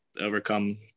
overcome